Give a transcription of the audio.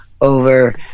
over